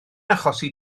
achosi